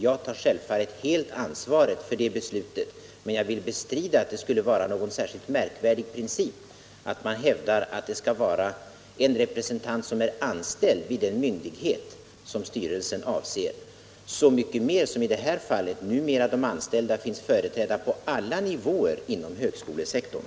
Jag tar självfallet helt ansvaret för beslutet, men jag vill bestrida att det skulle vara någon särskilt märkvärdig princip att den fackliga representanten i styrelsen skall vara anställd vid den myndighet som styrelsen avser, så mycket mer som i det här fallet de anställda numera finns företrädda på alla nivåer inom högskolesektorn.